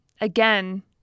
again